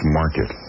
market